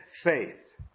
faith